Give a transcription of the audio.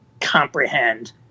comprehend